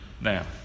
Now